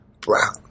Brown